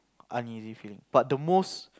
uneasy feeling but the most